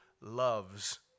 loves